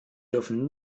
dürfen